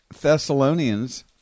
Thessalonians